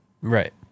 right